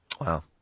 Wow